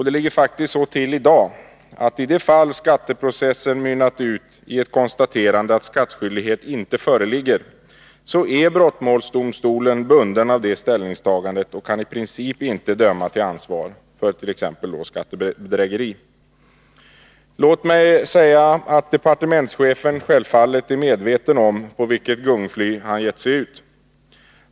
Det ligger faktiskt så till i dag att i det fall skatteprocessen har mynnat ut i konstaterandet att skattskyldighet inte föreligger är brottmålsdomstolen bunden av det ställningstagandet och kan i princip inte döma till ansvar för t.ex. skattebedrägeri. Departementschefen är självfallet medveten om på vilket gungfly han har givit sig ut.